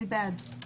אני בעד.